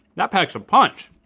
that packs a punch.